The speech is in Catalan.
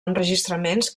enregistraments